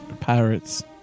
Pirates